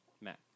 Matt